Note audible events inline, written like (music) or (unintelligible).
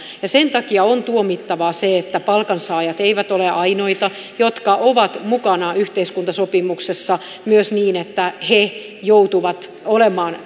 sen takia on tuomittavaa se että palkansaajat ovat ainoita jotka ovat mukana yhteiskuntasopimuksessa myös niin että he joutuvat olemaan (unintelligible)